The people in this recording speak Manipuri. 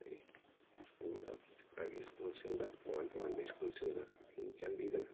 ꯑꯩꯈꯣꯏ ꯁ꯭ꯀꯨꯜꯗ ꯁꯔꯀꯥꯔꯒꯤ ꯁ꯭ꯀꯨꯜꯁꯤꯡꯗ ꯇꯣꯉꯥꯟ ꯇꯣꯉꯥꯟꯕ ꯁ꯭ꯀꯨꯜꯁꯤꯡꯗ ꯃꯤꯡ ꯆꯪꯕꯤꯗꯅ